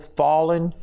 fallen